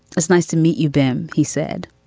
it's nice to meet you them he said.